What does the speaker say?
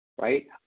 right